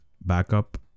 backup